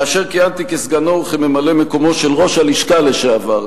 כאשר כיהנתי כסגנו וכממלא-מקומו של ראש הלשכה לשעבר,